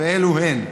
ואלו הן: